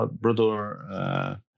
brother